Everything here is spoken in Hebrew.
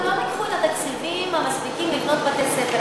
אבל הם לא לקחו את התקציבים המספיקים לבנות בתי-ספר.